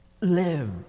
live